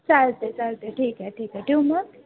चालते चालते ठीक आहे ठीक आहे ठेवू मग